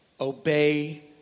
Obey